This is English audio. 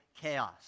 chaos